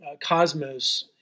cosmos